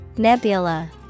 Nebula